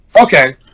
okay